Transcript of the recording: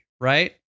Right